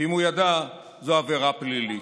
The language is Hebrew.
ואם הוא ידע, זאת עבירה פלילית.